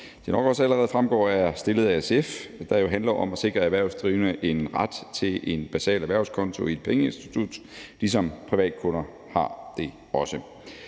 det nok også allerede er fremgået, er fremsat af SF og jo handler om at sikre erhvervsdrivende en ret til en basal erhvervskonto i et pengeinstitut, ligesom privatkunder også